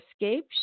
escape